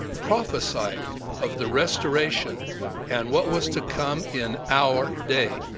prophesied of the restoration and what was to come in our day,